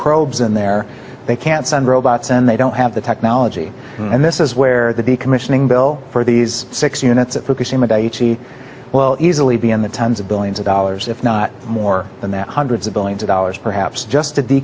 probes in there they can't send robots and they don't have the technology and this is where the decommissioning bill for these six units at fukushima daiichi well easily be in the tens of billions of dollars if not more than that hundreds of billions of dollars perhaps just at the